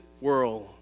world